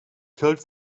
killed